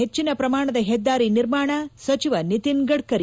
ಹೆಚ್ಚಿನ ಪ್ರಮಾಣದ ಹೆದ್ದಾರಿ ನಿರ್ಮಾಣ ಸಚಿವ ನಿತಿನ್ ಗಡ್ನ ರಿ